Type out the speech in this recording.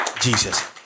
Jesus